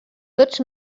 tots